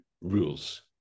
rules